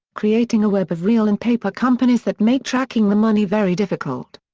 creating a web of real and paper companies that make tracking the money very difficult.